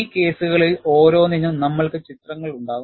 ഈ കേസുകളിൽ ഓരോന്നിനും നമ്മൾക്കു ചിത്രങ്ങളുണ്ടാകും